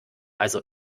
also